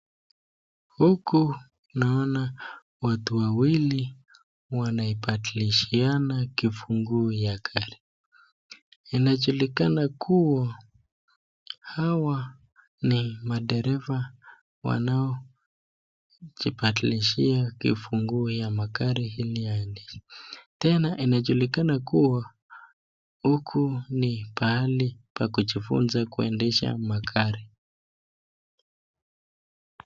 Watu wawili wanaobadilishana kifunguo ya gari. Inajulikana kuwa hawa ni madereva na huku ni mahali pa kujifunza kuendesha gari.